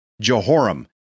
Jehoram